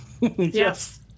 Yes